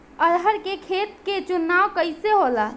अरहर के खेत के चुनाव कइसे होला?